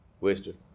wasted